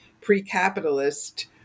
pre-capitalist